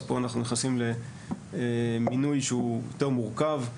אז פה אנחנו נכנסים למינוי שהוא יותר מורכב.